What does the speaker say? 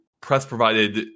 press-provided